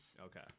Okay